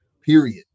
Period